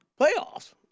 Playoffs